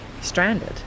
stranded